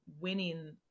winning